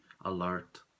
alert